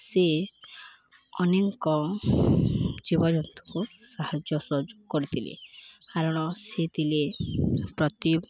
ସେ ଅନେକ ଜୀବଜନ୍ତୁକୁ ସାହାଯ୍ୟ ସହଯୋଗ କରିଥିଲେ କାରଣ ସେ ଥିଲେ ପତି